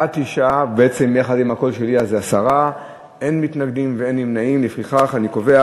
הודעת הממשלה על רצונה להחיל דין רציפות